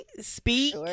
speak